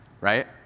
right